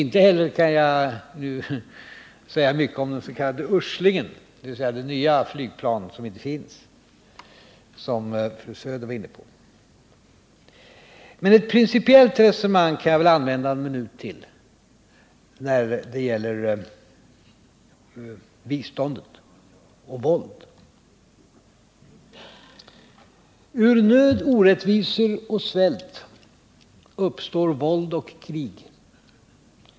Inte heller kan jag nu säga mycket om den s.k. uslingen, dvs. det nya flygplan som inte finns och som fru Söder talade om. Men jag kan använda en minut till ett principiellt resonemang när det gäller bistånd och våld. Ur nöd, orättvisor och svält uppstår våld och krig.